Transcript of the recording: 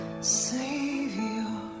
Savior